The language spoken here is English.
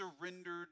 surrendered